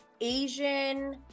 Asian